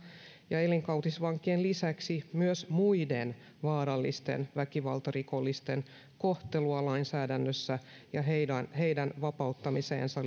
ja elinkautisvankien lisäksi myös muiden vaarallisten väkivaltarikollisten kohtelua lainsäädännössä ja heidän heidän vapauttamiseensa